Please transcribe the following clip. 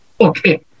Okay